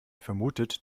vermutet